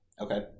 Okay